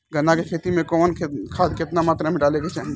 गन्ना के खेती में कवन खाद केतना मात्रा में डाले के चाही?